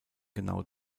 genau